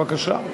בבקשה.